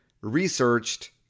researched